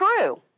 true